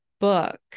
book